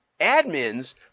admins